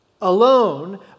alone